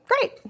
great